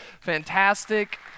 Fantastic